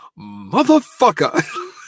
motherfucker